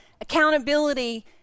Accountability